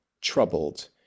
troubled